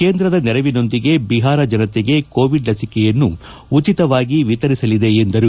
ಕೇಂದ್ರದ ನೆರವಿನೊಂದಿಗೆ ಬಿಹಾರ ಜನತೆಗೆ ಕೋವಿಡ್ ಲಸಿಕೆಯನ್ನು ಉಚಿತವಾಗಿ ವಿತರಿಸಲಿದೆ ಎಂದರು